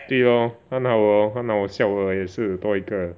对 loh 他很好 orh 他很好笑的也是多一个